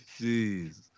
Jeez